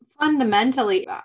Fundamentally